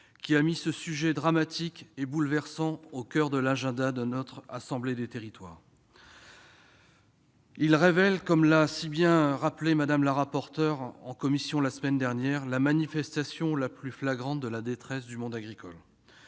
qui a mis ce sujet dramatique et bouleversant au coeur de l'agenda de notre assemblée des territoires. Comme l'a si bien rappelé Mme le rapporteur en commission la semaine dernière, ce sujet révèle « la manifestation la plus flagrante de la détresse du monde agricole